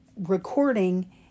recording